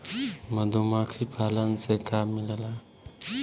मधुमखी पालन से का मिलेला?